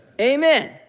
amen